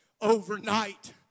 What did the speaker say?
Overnight